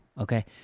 okay